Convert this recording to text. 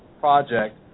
project